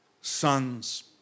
sons